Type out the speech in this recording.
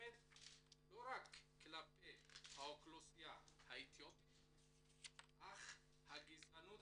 קיימת לא רק כלפי האוכלוסייה האתיופית אך הגזענות